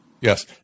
Yes